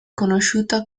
conosciuta